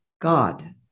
God